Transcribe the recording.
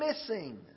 missing